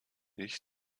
ich